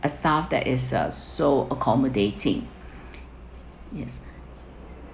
a staff that is uh so accommodating yes